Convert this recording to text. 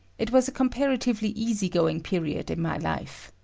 it was a comparatively easy going period in my life.